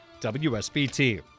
WSBT